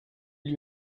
lui